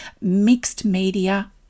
mixed-media